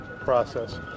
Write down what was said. process